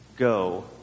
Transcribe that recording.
go